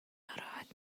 ناراحت